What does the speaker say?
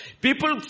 People